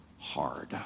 hard